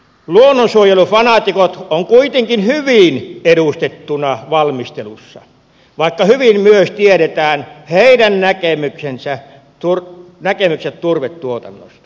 luonnonsuojelufanaatikot ovat kuitenkin hyvin edustettuina valmistelussa vaikka hyvin myös tiedetään heidän näkemyksensä turvetuotannosta eli se on vastainen